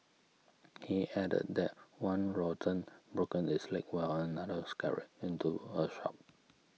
he added that one rodent broken its leg while another scurried into a shop